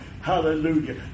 Hallelujah